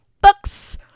books